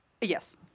Yes